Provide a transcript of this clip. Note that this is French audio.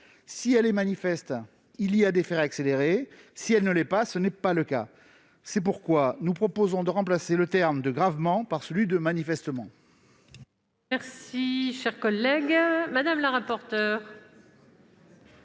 Si elle l'est, il y a déféré « accéléré »; si elle ne l'est pas, ce n'est pas le cas. C'est pourquoi nous proposons de remplacer le terme « gravement » par « manifestement